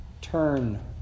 turn